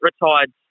retired